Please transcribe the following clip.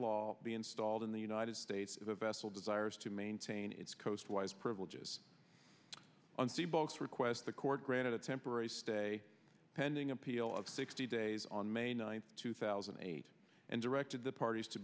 law be installed in the united states as a vessel desires to maintain its coastwise privileges on sea both requests the court granted a temporary stay pending appeal of sixty days on may ninth two thousand and eight and directed the parties to